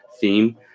theme